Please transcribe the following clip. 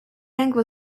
anglo